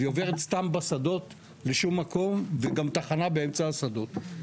והיא עוברת סתם בשדות לשום מקום וגם תחנה באמצע השדות.